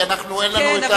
כי אין לנו,